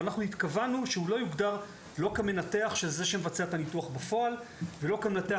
אבל התכוונו שהוא לא יוגדר לא כמנתח שמבצע את הניתוח בפועל ולא כמנתח